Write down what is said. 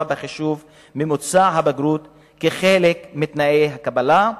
בחישוב ממוצע הבגרות כחלק מתנאי הקבלה,